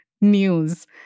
news